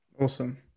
Awesome